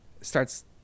starts